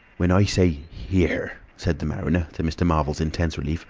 when i say here, said the mariner, to mr. marvel's intense relief